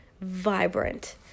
vibrant